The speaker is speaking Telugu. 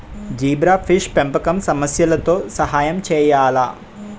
జీబ్రాఫిష్ పెంపకం సమస్యలతో సహాయం చేయాలా?